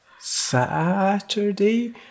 Saturday